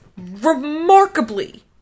remarkably